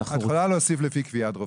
את יכול להוסיף לפי קביעת רופא.